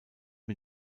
mit